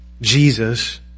Jesus